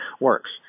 works